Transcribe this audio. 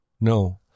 no